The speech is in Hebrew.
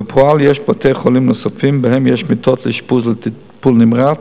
בפועל יש בתי-חולים שיש בהם מיטות לאשפוז לטיפול נמרץ,